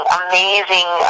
amazing